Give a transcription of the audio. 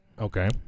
Okay